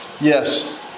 Yes